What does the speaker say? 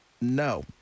No